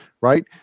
right